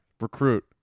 Recruit